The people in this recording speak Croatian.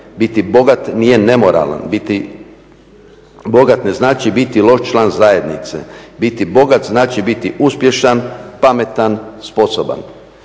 Biti bogat nije nemoralno, biti bogat ne znači biti loš član zajednice, biti bogat znači biti uspješan, pametan, sposoban.